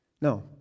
No